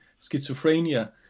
schizophrenia